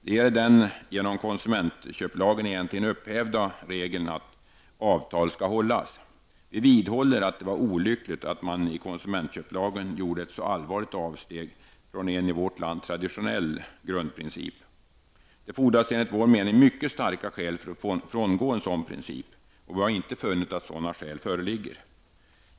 Det gäller den genom konsumentköplagen egentligen upphävda regeln att ''avtal skall hållas''. Vi vidhåller att det var olyckligt att man i konsumentköplagen gjorde ett så allvarligt avsteg från en i vårt land traditionell grundprincip. Det fordras enligt vår mening mycket starka skäl för att frångå en sådan princip. Vi har inte funnit att sådana skäl föreligger.